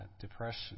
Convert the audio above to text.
depression